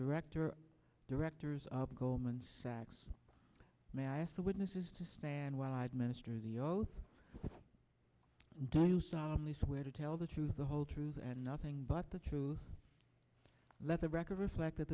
directors or directors of goldman sachs may i ask the witnesses to stand while i administer the oath do you solemnly swear to tell the truth the whole truth and nothing but the truth let the record reflect